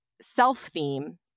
self-theme